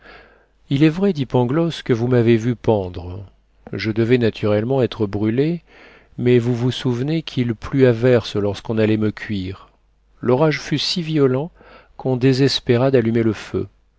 il est vrai dit pangloss que vous m'avez vu pendre je devais naturellement être brûlé mais vous vous souvenez qu'il plut à verse lorsqu'on allait me cuire l'orage fut si violent qu'on désespéra d'allumer le feu